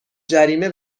جریمه